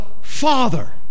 Father